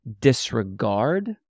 disregard